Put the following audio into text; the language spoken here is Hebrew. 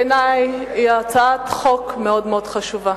בעיני היא הצעת חוק מאוד חשובה.